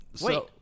Wait